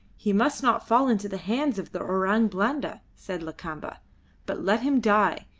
he must not fall into the hands of the orang blanda, said lakamba but let him die,